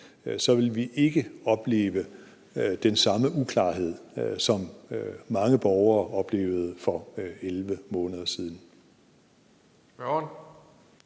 vil vi ikke opleve den samme uklarhed, som mange borgere oplevede for 11 måneder siden.